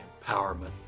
empowerment